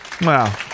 Wow